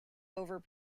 over